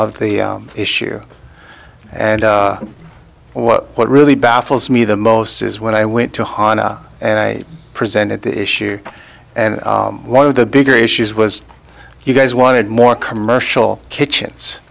of the issue and what what really baffles me the most is when i went to hina and i presented the issue and one of the bigger issues was you guys wanted more commercial kitchens